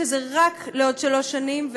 שזה רק לעוד שלוש שנים,